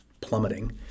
plummeting